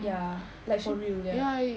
ya like for real ya